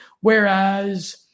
Whereas